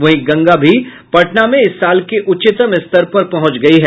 वहीं गंगा भी पटना में इस साल के उच्चतम स्तर पर पहुंच गयी है